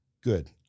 good